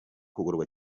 kugororwa